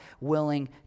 willing